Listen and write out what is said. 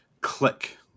Click